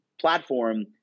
platform